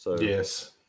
Yes